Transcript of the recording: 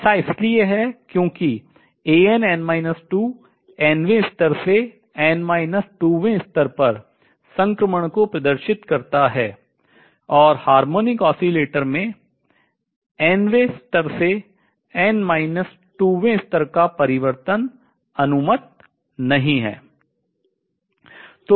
ऐसा इसलिए है क्योंकि n वें स्तर से n 2 वें स्तर पर संक्रमण को प्रदर्शित करता है और हार्मोनिक ऑसिलेटर्स में n वें स्तर से n 2 वें स्तर का परिवर्तन अनुमत नहीं है